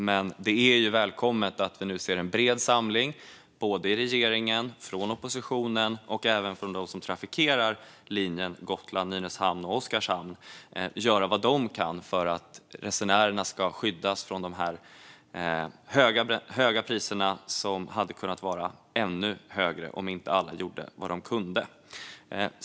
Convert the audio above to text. Men det är välkommet att vi ser en bred samling i regeringen, i oppositionen och även bland dem som trafikerar linjen Gotland-Nynäshamn-Oskarshamn göra vad de kan för att resenärerna ska skyddas från de höga priserna, som hade kunnat vara ännu högre om inte alla gjorde vad de kunde.